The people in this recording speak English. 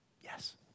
Yes